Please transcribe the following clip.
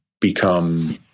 become